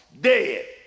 Dead